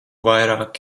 vairāk